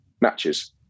matches